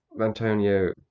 Antonio